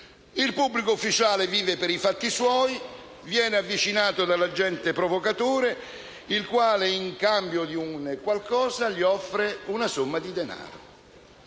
Il pubblico ufficiale vive per i fatti suoi, viene avvicinato dall'agente provocatore che, in cambio di qualcosa, gli offre una somma di denaro.